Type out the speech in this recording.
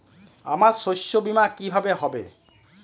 আমার শস্য বীমা কিভাবে হবে?